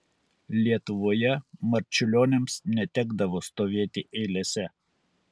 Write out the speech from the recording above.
lietuvoje marčiulioniams netekdavo stovėti eilėse